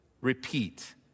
repeat